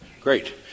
great